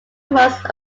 most